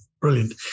Brilliant